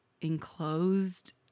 enclosed